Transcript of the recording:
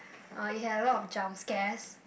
uh it had a lot of jump scares